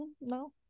no